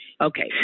Okay